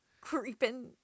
creeping